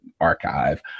archive